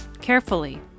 carefully